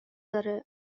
داره